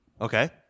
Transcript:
Okay